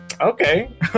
okay